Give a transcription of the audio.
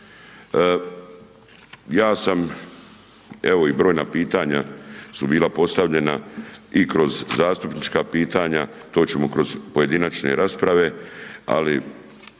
ja sam evo i brojna pitanja su bila postavljena i kroz zastupnička pitanja, to ćemo kroz pojedinačne rasprave, ali